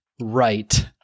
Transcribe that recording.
right